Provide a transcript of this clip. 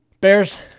Bears